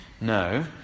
No